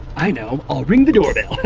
i know, i'll ring the doorbell!